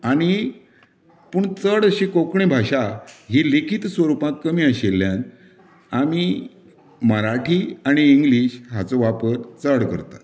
आनी पूण चड अशीं कोंकणी भाशा ही लिखीत स्वरुपांत कमी आशिल्ल्यान आमी मराठी आनी इंग्लीश हाचो वापर चड करतात